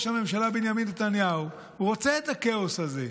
הממשלה בנימין נתניהו רוצה את הכאוס הזה.